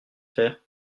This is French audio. faire